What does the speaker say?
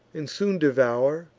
and soon devour,